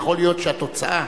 יכול להיות שהתוצאה